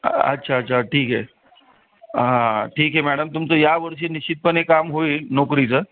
अच्छा अच्छा ठीक आहे हां ठीक आहे मॅडम तुमचं या वर्षी निश्चितपणे एक काम होईल नोकरीचं